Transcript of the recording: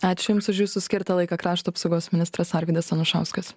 ačiū jums už jūsų skirtą laiką krašto apsaugos ministras arvydas anušauskas